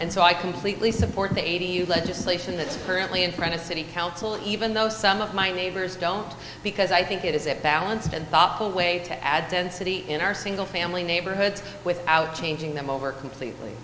and so i completely support the eighty legislation that's currently in front of city council even though some of my neighbors don't because i think it is a balance and thoughtful way to add density in our single family neighborhoods without changing them over completely